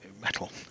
metal